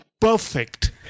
perfect